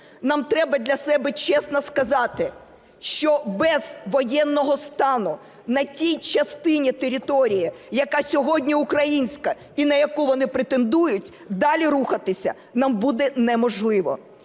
нам треба для себе чесно сказати, що без воєнного стану на тій частині території, яка сьогодні українська і на яку вони претендують, далі рухатися нам буде неможливо.